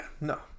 no